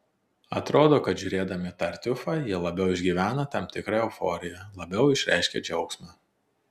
atrodo kad žiūrėdami tartiufą jie labiau išgyvena tam tikrą euforiją labiau išreiškia džiaugsmą